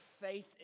faith